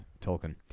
Tolkien